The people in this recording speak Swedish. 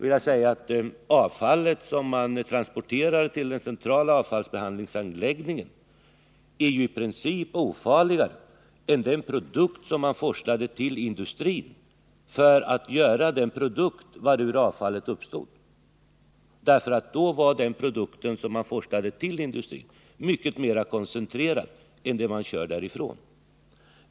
Men det är ju i princip ofarligare att transportera avfall till en central behandlingsanläggning än att transportera den ursprungliga produkten till industrin, ur vilken alltså detta avfall uppstår. Den produkt som man forslar till industrin är mycket mer koncentrerad än det avfall man transporterar därifrån.